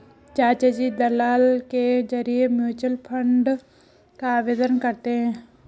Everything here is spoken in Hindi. चाचाजी दलाल के जरिए म्यूचुअल फंड का आवेदन करते हैं